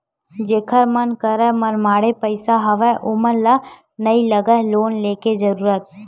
जेखर मन करा मनमाड़े पइसा हवय ओमन ल तो नइ लगय लोन लेके जरुरत